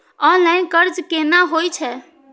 Online कर्ज केना होई छै?